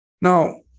Now